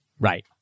Right